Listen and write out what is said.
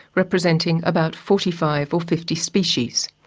representing about forty five or fifty species.